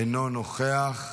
אינו נוכח,